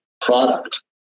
product